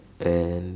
and